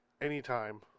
anytime